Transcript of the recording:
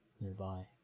nearby